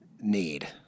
need